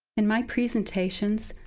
in my presentations,